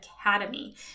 academy